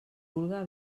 vulga